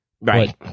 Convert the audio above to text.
Right